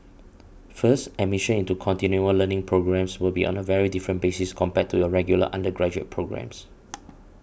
first admission into continual learning programmes will be on a very different basis compared to your regular undergraduate programmes